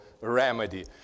Remedy